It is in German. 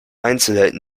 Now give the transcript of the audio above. einzelheiten